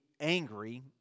angry